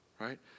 Right